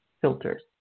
filters